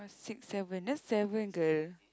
six seven that's seven girl